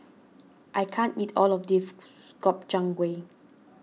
I can't eat all of this Gobchang Gui